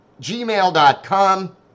gmail.com